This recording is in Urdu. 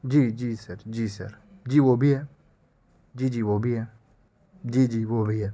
جی جی سر جی سر جی وہ بھی ہے جی جی وہ بھی ہے جی جی وہ بھی ہے